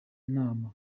nama